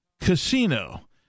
casino